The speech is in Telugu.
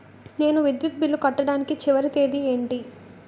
నేను విద్యుత్ బిల్లు కట్టడానికి చివరి తేదీ ఏంటి?